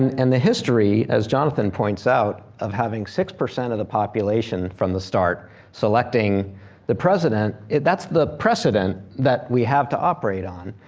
and the history, as jonathan points out, of having six percent of the population from the start selecting the president, that's the precedent that we have to operate on.